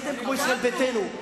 נהייתם כמו ישראל ביתנו,